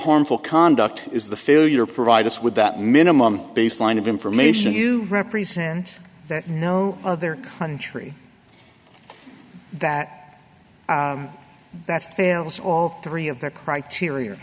harmful conduct is the failure to provide us with that minimum baseline of information you represent that no other country that that fails all three of the criteria